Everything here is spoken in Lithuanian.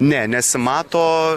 ne nesimato